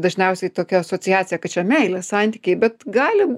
dažniausiai tokia asociacija kad čia meilės santykiai bet gali